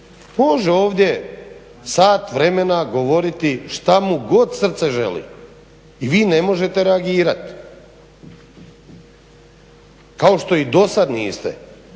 može ovdje sat vremena govoriti šta mu god srce želi i vi ne možete reagirati kao što i do sada niste